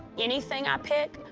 anything i pick,